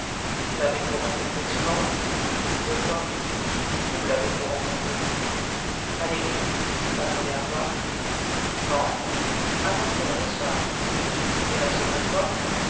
l'avez-vous rencontrée souvent deux fois où l'avez-vous rencontrée a l'église la première fois quand avant-hier au soir et la seconde fois